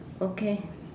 okay